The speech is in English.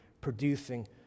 producing